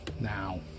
Now